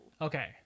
Okay